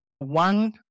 One